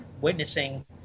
witnessing